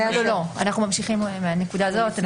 אנחנו ממשיכים מהנקודה הזאת.